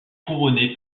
couronnée